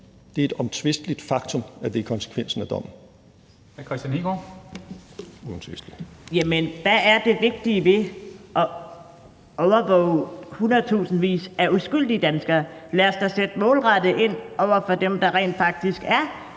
Kl. 10:43 Kristian Hegaard (RV): Jamen hvad er det vigtige ved at overvåge hundredtusindvis af uskyldige danskere? Lad os da sætte målrettet ind over for dem, der rent faktisk er